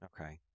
Okay